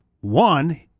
one